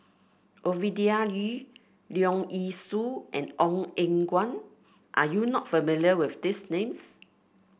Ovidia Yu Leong Yee Soo and Ong Eng Guan are you not familiar with these names